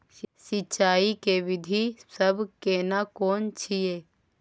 सिंचाई के विधी सब केना कोन छिये?